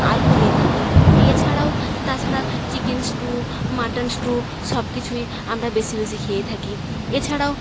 আলু খেয়ে থাকি এছাড়াও তাছাড়া চিকেন স্টু মাটান সব কিছুই আমরা বেশি বেশি খেয়ে থাকি এছাড়াও